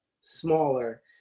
smaller